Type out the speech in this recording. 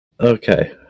okay